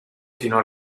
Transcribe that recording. fino